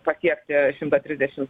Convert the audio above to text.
pasiekti šimtą trisdešimt